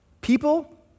People